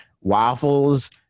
waffles